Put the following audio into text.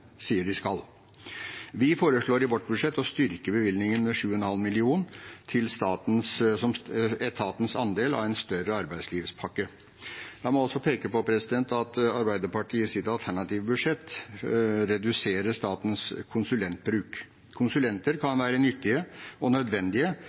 sier de skal. Vi foreslår i vårt budsjett å styrke bevilgningen med 7,5 mill. kr, som etatens andel av en større arbeidslivspakke. La meg også peke på at Arbeiderpartiet i sitt alternative budsjett reduserer statens konsulentbruk. Konsulenter